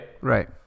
Right